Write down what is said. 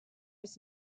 was